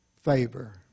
favor